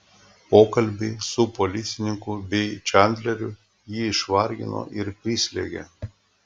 pokalbiai su policininku bei čandleriu jį išvargino ir prislėgė